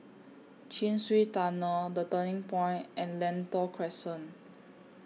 Chin Swee Tunnel The Turning Point and Lentor Crescent